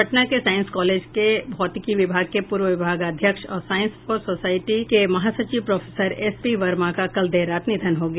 पटना के science college के भौतिकी विभाग के पूर्व विभागाध्यक्ष और साइंस फॉर सोसायटी के महासचिव प्रोफेसर एस पी वर्मा का कल देर रात निधन हो गया